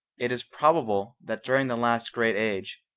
it is probable that during the last great age,